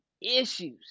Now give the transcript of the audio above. issues